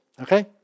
Okay